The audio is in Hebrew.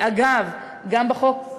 אגב, גם בחוק,